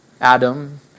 Adam